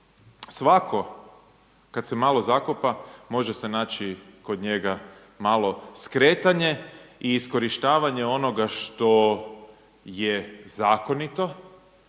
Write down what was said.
svako kada se malo zakopa može se naći kod njega malo skretanje i iskorištavanje onoga što je zakonito,